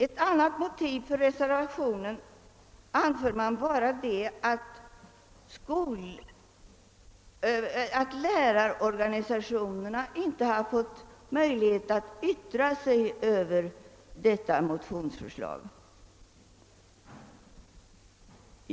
Ett annat motiv som anföres för reservationen är att lärarorganisationerna inte har fått möjlighet att yttra sig över detta motionsförslag.